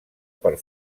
per